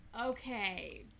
okay